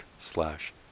slash